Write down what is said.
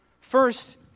First